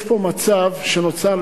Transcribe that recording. יש פה מצב שנוצר,